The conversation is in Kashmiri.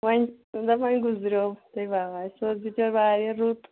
وۅنۍ دَپ وۅنۍ گُزریٚوو تَے واے سُہ اوس بِچور وارِیاہ رُت